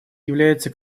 является